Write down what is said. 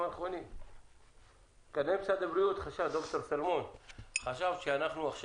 15 בפברואר 2021. על סדר-היום תקנות מיוחדות